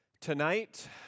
Tonight